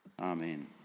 Amen